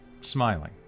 smiling